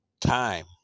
time